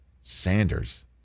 Sanders